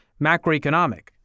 macroeconomic